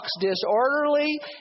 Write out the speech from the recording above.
disorderly